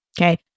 Okay